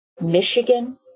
Michigan